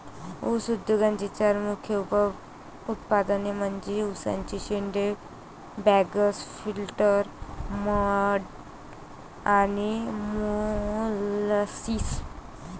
ऊस उद्योगाचे चार मुख्य उप उत्पादने म्हणजे उसाचे शेंडे, बगॅस, फिल्टर मड आणि मोलॅसिस